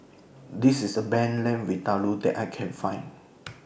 This IS The bend Lamb Vindaloo that I Can Find